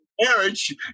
Marriage